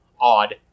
odd